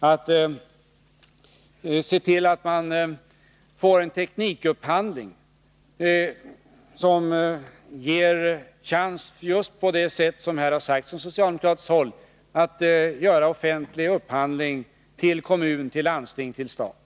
Det föreslås också att vi skall se till att få en teknikupphandling som ger en chans just på det sätt som man föreslagit på socialdemokratiskt håll när det gäller upphandling i kommun, landsting och stat.